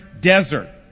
desert